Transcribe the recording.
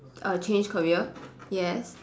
uh change career yes